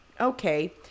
okay